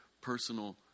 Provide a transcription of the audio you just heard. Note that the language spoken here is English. personal